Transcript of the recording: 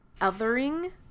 othering